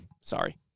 Sorry